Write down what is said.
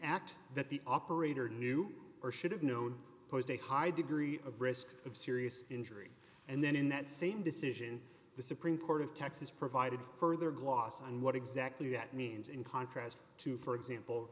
act that the operator knew or should have known posed a high degree of risk of serious injury and then in that same decision the supreme court of texas provided further gloss on what exactly that means in contrast to for example